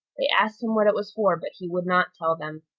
they asked him what it was for, but he would not tell them.